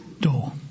door